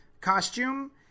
costume